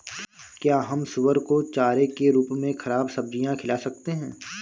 क्या हम सुअर को चारे के रूप में ख़राब सब्जियां खिला सकते हैं?